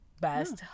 Best